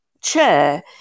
chair